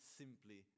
simply